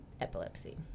epilepsy